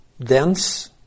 dense